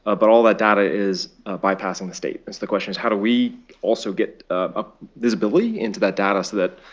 ah but all that data is bypassing the state. that's the question is how do we also get ah visibility into that data so that,